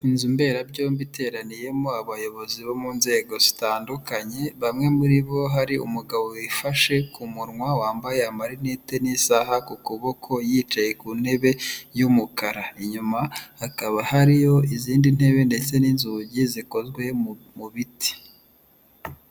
Inzu mberabyombi iteraniyemo abayobozi bo mu nzego zitandukanye bamwe muri bo hari umugabo wifashe ku munwa wambaye amalinete n'isaha ku kuboko yicaye ku ntebe y'umukara, inyuma hakaba hariyo izindi ntebe ndetse n'inzugi zikozwe mu biti.